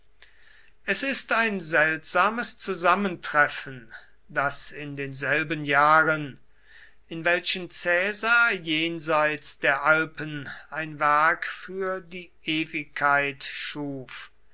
es ist ein seltsames zusammentreffen daß in denselben jahren in welchen caesar jenseits der alpen ein werk für die ewigkeit schuf